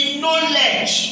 knowledge